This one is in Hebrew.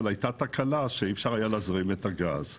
אבל הייתה תקלה שבגללה אי אפשר היה להזרים את הגז.